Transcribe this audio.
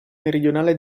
meridionale